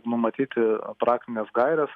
numatyti praktines gaires